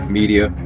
media